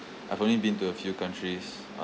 I've only been to a few countries